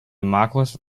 markus